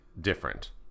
different